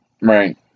Right